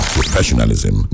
Professionalism